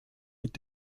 mit